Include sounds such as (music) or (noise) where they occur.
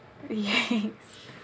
yes (laughs)